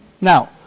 Now